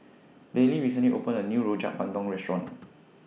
Bailey recently opened A New Rojak Bandung Restaurant